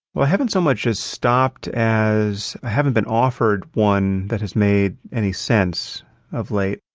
well, i haven't so much as stopped as i haven't been offered one that has made any sense of late.